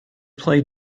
play